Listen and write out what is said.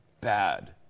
bad